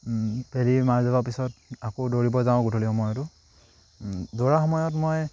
বেলি মাৰ যোৱাৰ পিছত আকৌ দৌৰিব যাওঁ গধূলি সময়তো দৌৰাৰ সময়ত মই